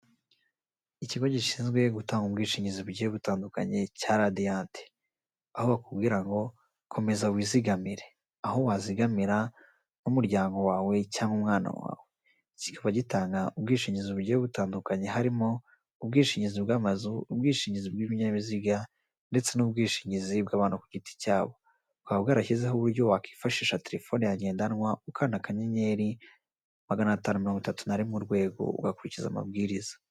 Ikigo gishinzwe gutanga ubwishingizi buke butandukanye cya Radiant aho wakubwira ngo komeza wizigamire aho wazigamira n'umuryango wawe cyangwa umwana wawe kikaba gitanga ubwishingizi buryo butandukanye harimo ubwishingi bw'ibinyabiziga ndetse n'ubwishingizi bw'abantu ku giti cyabo bwaba bwarashyizeho uburyo wakwifashisha telefoni hagendanwa ukana kanyenyeri magana atanu mirongo itatu nari mu rwego ugakurikiza amabwiriza.